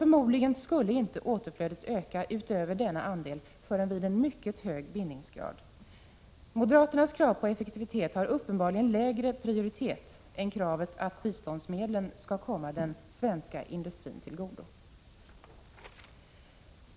Förmodligen skulle återflödet inte öka utöver denna andel förrän vid en mycket hög bindningsgrad. Moderaternas krav på effektivitet har uppenbarligen lägre prioritet än kravet att biståndsmedlen skall komma den svenska industrin till godo.